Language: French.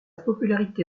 popularité